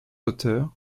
auteurs